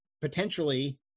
potentially